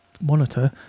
monitor